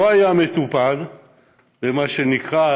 לא היה מטופל במה שנקרא,